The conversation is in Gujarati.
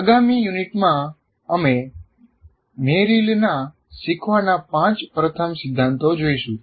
આગામી યુનિટમાં અમે મેરિલના શીખવાના પાંચ પ્રથમ સિદ્ધાંતો જોઈશું